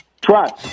Trust